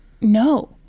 no